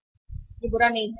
बुरा नहीं वह बुरा नहीं